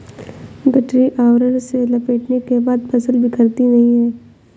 गठरी आवरण से लपेटने के बाद फसल बिखरती नहीं है